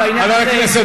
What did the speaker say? כמי שמאיים,